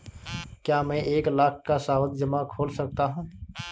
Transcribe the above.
क्या मैं एक लाख का सावधि जमा खोल सकता हूँ?